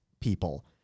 people